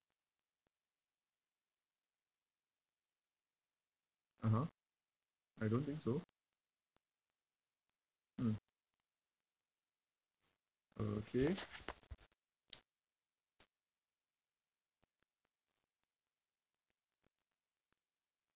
(uh huh) I don't think so mm okay